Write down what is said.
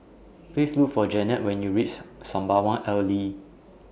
Please Look For Jennette when YOU REACH Sembawang Alley